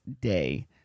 Day